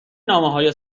نامههای